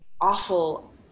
awful